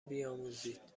بیاموزید